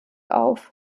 auf